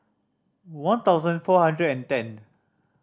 one thousand four hundred and ten